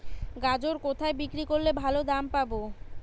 গাজর কোথায় বিক্রি করলে ভালো দাম পাব?